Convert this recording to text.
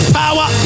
power